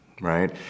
right